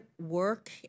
work